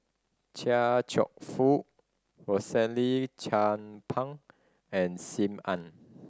Chia Cheong Fook Rosaline Chan Pang and Sim Ann